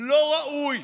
לא ראוי